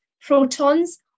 protons